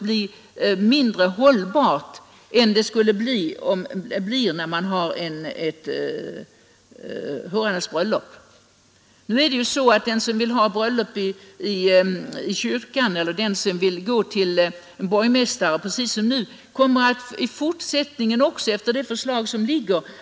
Jag tycker att också herr Henmark var inne på den saken. Men den som vill hålla bröllop i kyrkan eller gå till borgmästaren och gifta sig kan ju göra det också sedan det nu framlagda förslaget har antagits.